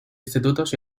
institutos